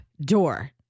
door